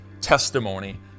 testimony